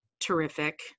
terrific